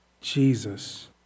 Jesus